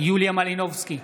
יוליה מלינובסקי,